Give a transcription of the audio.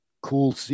cool